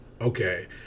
okay